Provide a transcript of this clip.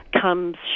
comes